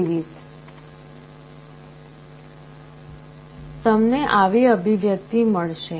તમને આવી અભિવ્યક્તિ મળશે